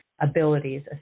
abilities